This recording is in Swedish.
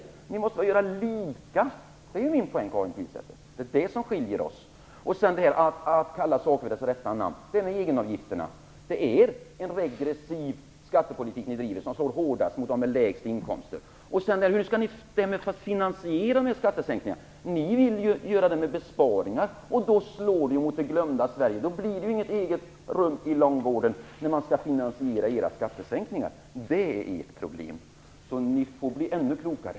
Det måste vara lika. Det är min poäng, Karin Pilsäter. Det är det som skiljer oss. Saker skall kallas vid sitt rätta namn. Det gäller egenavgifterna. Det är en regressiv skattepolitik ni driver, en politik som slår hårdast mot dem med lägst inkomster. Hur skall ni sedan finansiera skattesänkningarna? Ni vill göra det med besparingar. Då slår ni mot "det glömda Sverige". Det blir inget eget rum i långvården om era skattesänkningar skall finansieras. Det är ert problem. Så ni får bli ännu klokare.